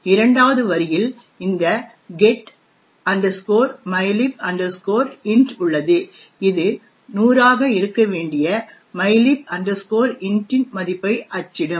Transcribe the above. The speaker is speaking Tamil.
இரண்டாவது வரியில் இந்த get mylib int உள்ளது இது 100 ஆக இருக்க வேண்டிய mylib int இன் மதிப்பை அச்சிடும்